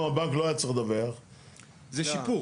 הבנק לא היה צריך לדווח --- זה שיפור.